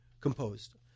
composed